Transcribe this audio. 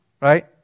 Right